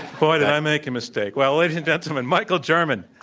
boy, did i make a mistake. well, ladies and gentlemen, michael german.